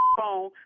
phone